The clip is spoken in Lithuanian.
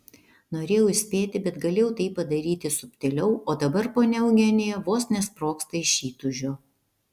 norėjau įspėti bet galėjau tai padaryti subtiliau o dabar ponia eugenija vos nesprogsta iš įtūžio